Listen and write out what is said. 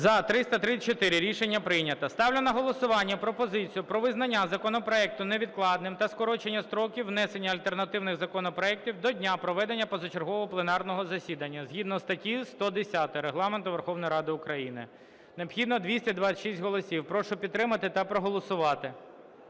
За-334 Рішення прийнято. Ставлю на голосування пропозицію про визнання законопроекту невідкладним та скорочення строків внесення альтернативних законопроектів до дня проведення позачергового пленарного засідання, згідно статті 110 Регламенту Верховної Ради України. Необхідно 226 голосів. Прошу підтримати та проголосувати.